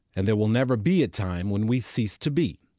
and there will never be a time when we cease to be.